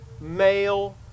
male